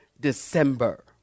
December